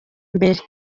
imbere